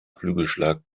flügelschlag